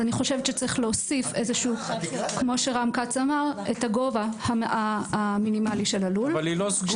אני חושבת שצריך להוסיף את הגובה המינימלי של הלול,